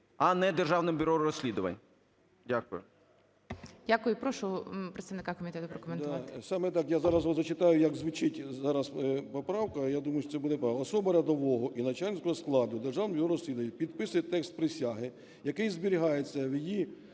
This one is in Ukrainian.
а не Державним бюро розслідувань. Дякую. ГОЛОВУЮЧИЙ. Дякую. Прошу представника комітету прокоментувати. 13:38:39 ПАЛАМАРЧУК М.П. Саме так, я зараз вам зачитаю, як звучить зараз поправка, я думаю, що це буде правильно. "Особа рядового і начальницького складу Державного бюро розслідувань підписує текст присяги, який зберігається в її